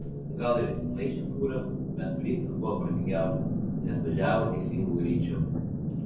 gal ir įsimaišė fūra bet fūristas buvo protingiausias nes važiavo teisingu greičiu